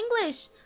English